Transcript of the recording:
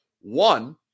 One